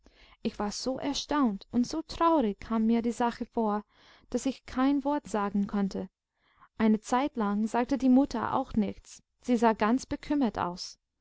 ich war so erstaunt und so traurig kam mir die sache vor daß ich kein wort sagen konnte eine zeitlang sagte die mutter auch nichts sie sah ganz bekümmert aus